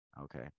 okay